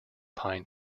pine